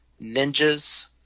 ninjas